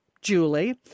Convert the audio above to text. Julie